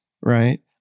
right